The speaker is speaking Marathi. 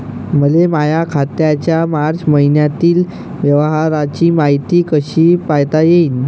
मले माया खात्याच्या मार्च मईन्यातील व्यवहाराची मायती कशी पायता येईन?